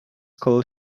called